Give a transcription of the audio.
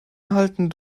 erhalten